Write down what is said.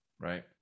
Right